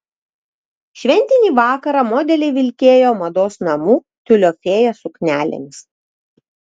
šventinį vakarą modeliai vilkėjo mados namų tiulio fėja suknelėmis